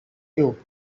you